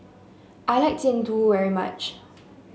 I like Jian Dui very much